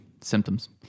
symptoms